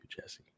Jesse